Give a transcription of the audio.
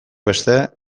beste